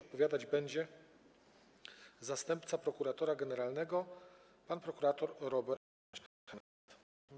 Odpowiadać będzie zastępca prokuratora generalnego pan prokurator Robert Hernand.